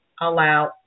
Allow